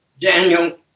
Daniel